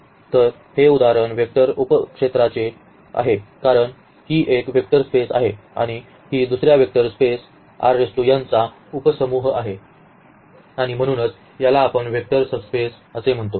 तर हे उदाहरण वेक्टर उपक्षेत्रासाठी आहे कारण ही एक वेक्टर स्पेस आहे आणि ही दुसर्या वेक्टर स्पेस चा उपसमूह आहे आणि म्हणूनच याला आपण वेक्टर सबस्पेस असे म्हणतो